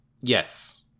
Yes